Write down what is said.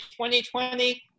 2020